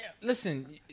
listen